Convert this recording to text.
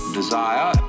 desire